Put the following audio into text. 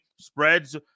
spreads